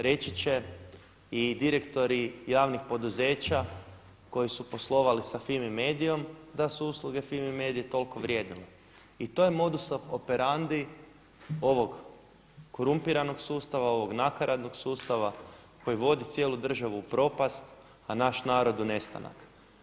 Reći će i direktori javnih poduzeća koji su poslovali sa FIMI Mediom da su usluge FIMI Medie toliko vrijedile i to je modus operandi ovog korumpiranog sustava, ovog nakaradnog sustava koji vodi cijelu državu u propast, a naš narod u nestanak.